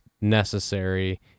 necessary